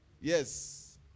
Yes